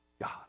God